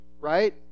right